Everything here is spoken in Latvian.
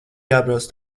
jābrauc